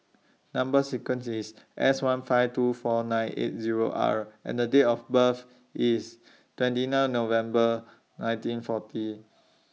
Number sequence IS S one five two four nine eight Zero R and The Date of birth IS twenty nine November nineteen forty